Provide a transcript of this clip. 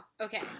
okay